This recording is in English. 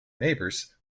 neighbours